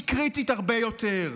היא קריטית הרבה יותר.